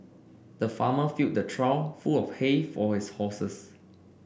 the farmer filled the trough full of hay for his horses